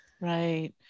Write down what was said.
Right